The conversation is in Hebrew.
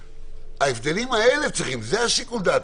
בהבדלים האלה זה השיקול דעת.